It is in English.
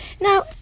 Now